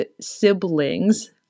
siblings